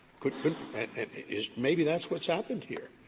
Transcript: could couldn't and is maybe that's what's happened here.